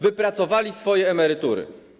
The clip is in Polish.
Wypracowali swoje emerytury.